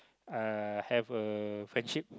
uh have a friendship